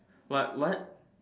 what what